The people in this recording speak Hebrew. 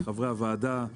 לחברי הוועדה,